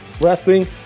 wrestling